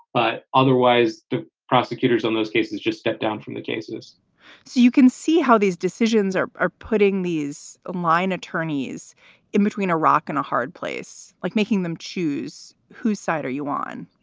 but otherwise, the prosecutors on those cases just stepped down from the cases so you can see how these decisions are are putting these online attorneys in between a rock and a hard place, like making them choose whose side are you on?